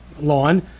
lawn